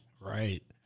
Right